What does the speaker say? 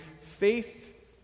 faith